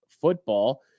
football